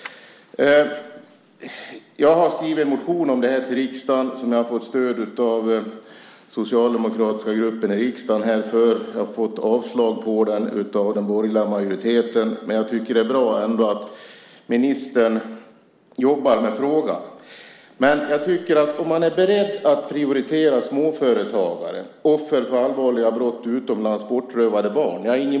Jag har skrivit en motion om detta till riksdagen. Jag har fått stöd för den hos den socialdemokratiska gruppen i riksdagen och avslag på den av den borgerliga majoriteten. Det är ändå bra att ministern jobbar med frågan. Jag har inget emot att man är beredd att prioritera småföretagare, offer för allvarliga brott utomlands och bortrövade barn.